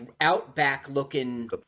outback-looking